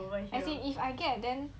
as in if I get then